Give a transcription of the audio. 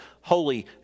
holy